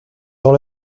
dans